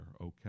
okay